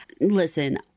listen